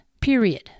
period